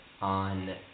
on